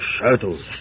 shadows